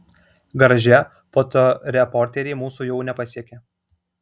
garaže fotoreporteriai mūsų jau nepasiekia